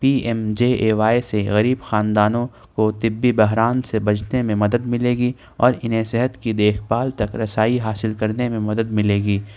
P M J A Y سے غریب خاندانوں کو طبی بحران سے بچنے میں مدد ملے گی اور انہیں صحت کی دیکھ بھال تک رسائی حاصل کرنے میں مدد ملے گی